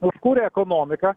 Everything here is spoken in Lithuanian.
užkūrė ekonomiką